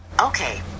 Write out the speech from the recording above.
Okay